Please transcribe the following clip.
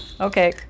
okay